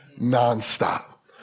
non-stop